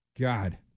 God